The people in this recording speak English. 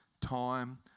time